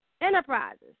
Enterprises